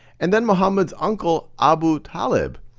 and then muhammad's uncle, abu talib,